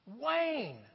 Wayne